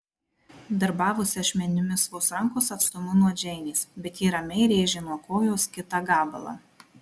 darbavosi ašmenimis vos rankos atstumu nuo džeinės bet ji ramiai rėžė nuo kojos kitą gabalą